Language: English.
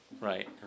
Right